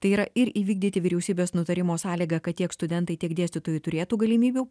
tai yra ir įvykdyti vyriausybės nutarimo sąlygą kad tiek studentai tiek dėstytojai turėtų galimybių